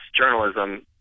journalism